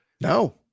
No